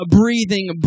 breathing